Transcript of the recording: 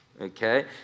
okay